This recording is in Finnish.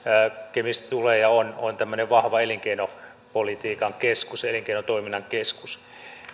kemistä tulee ja se on tämmöinen vahva elinkeinopolitiikan keskus elinkeinotoiminnan keskus